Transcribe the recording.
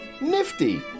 Nifty